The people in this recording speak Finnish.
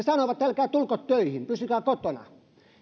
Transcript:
sanoivat älkää tulko töihin pysykää kotona